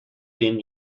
been